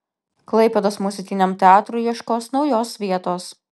klaipėdos muzikiniam teatrui ieškos naujos vietos